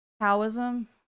Taoism